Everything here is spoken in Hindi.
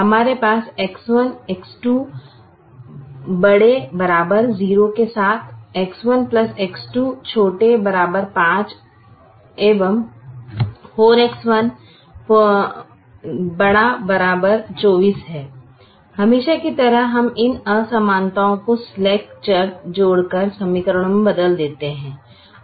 हमारे पास X1 X2 ≥ 0 के साथ X1 X2 ≤ 5 और 4X1 ≥ 24 है हमेशा की तरह हम इन असमानताओं को स्लैक चर जोड़कर समीकरणों में बदल देते हैं